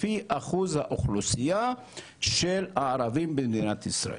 לפי אחוז האוכלוסייה של הערבים במדינת ישראל.